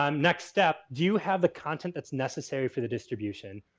um next step, do you have the content that's necessary for the distribution?